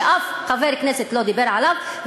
שאף חבר כנסת לא דיבר עליו,